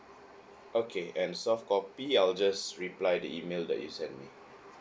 okay and softcopy I'll just reply the email that you send me